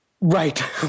Right